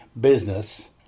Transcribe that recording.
business